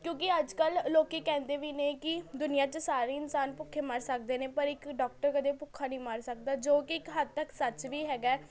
ਕਿਉਂਕਿ ਅੱਜ ਕੱਲ੍ਹ ਲੋਕ ਕਹਿੰਦੇ ਵੀ ਨੇ ਕਿ ਦੁਨੀਆਂ 'ਚ ਸਾਰੇ ਇਨਸਾਨ ਭੁੱਖੇ ਮਰ ਸਕਦੇ ਨੇ ਪਰ ਇੱਕ ਡੋਕਟਰ ਕਦੇ ਭੁੱਖਾ ਨਹੀਂ ਮਰ ਸਕਦਾ ਜੋ ਕਿ ਇੱਕ ਹੱਦ ਤੱਕ ਸੱਚ ਵੀ ਹੈਗਾ ਹੈ